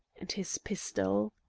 and his pistol!